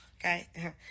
okay